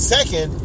Second